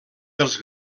dels